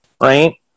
Right